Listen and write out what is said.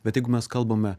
bet jeigu mes kalbame